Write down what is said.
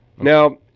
Now